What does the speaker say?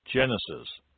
Genesis